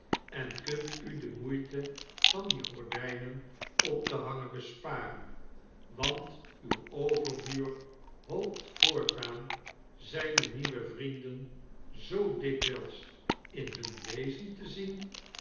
en kunt u de moeite van die gordijn op te hangen besparen want uw overbuur hoopt voortaan zijne nieuwe vrienden zoo dikwijls in hun wezen te zien